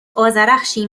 آذرخشی